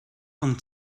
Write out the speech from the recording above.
vom